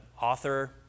author